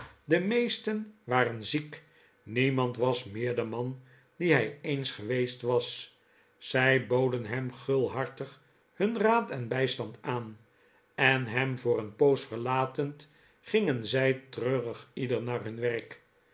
de meesten waren ziek niemand was meer de man die hij eens geweest was zij boden hem gulhartig hun raad en bijstand aan en hem voor een poos verlatend gingen zij treurig ieder naar hun werk